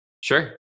Sure